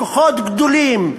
כוחות גדולים,